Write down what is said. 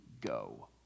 go